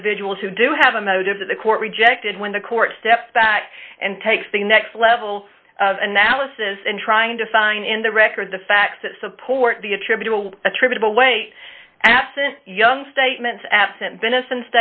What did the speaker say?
individuals who do have a motive that the court rejected when the court stepped back and takes the next level of analysis and trying to find in the record the facts that support the attribute attribute to weight absent young statements absent venison